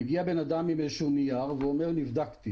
מגיע בן אדם עם איזשהו נייר ואומר: נבדקתי